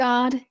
God